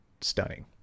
stunning